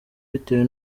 bitewe